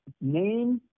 name